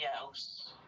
else